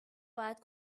باید